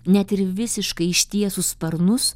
net ir visiškai ištiesus sparnus